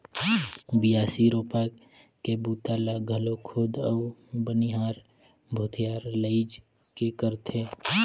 बियासी, रोपा के बूता ल घलो खुद अउ बनिहार भूथिहार लेइज के करथे